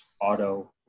auto